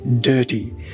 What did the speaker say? dirty